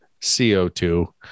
CO2